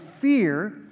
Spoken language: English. fear